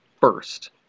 first